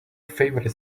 favorite